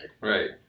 Right